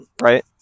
Right